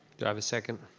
do i have a second?